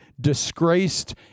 disgraced